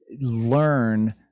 learn